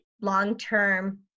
long-term